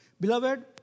Beloved